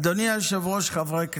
אדוני היושב-ראש, חברי הכנסת,